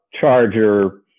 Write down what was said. charger